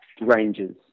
ranges